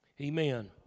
Amen